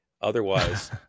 Otherwise